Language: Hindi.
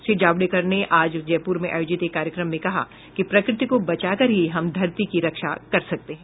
श्री जावड़ेकर ने आज जयपुर में आयोजित एक कार्यक्रम में कहा कि प्रकृति को बचाकर ही हम धरती की रक्षा कर सकते हैं